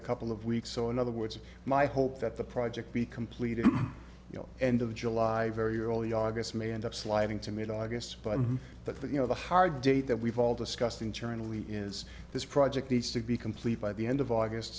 a couple of weeks so in other words my hope that the project be completed and of july very early august may end up sliding to mid august but that the you know the hard date that we've all discussed internally is this project needs to be complete by the end of august